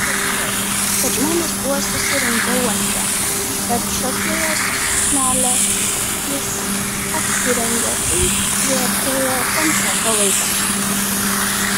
bet žmonės buvo susirinkę uoste tad šokėjos suknele jis apsirengė kai priartėjo koncerto laikas